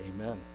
Amen